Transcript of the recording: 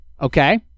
okay